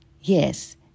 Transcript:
Yes